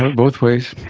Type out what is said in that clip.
ah both ways!